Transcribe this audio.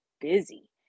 busy